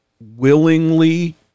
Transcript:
willingly